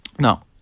No